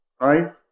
right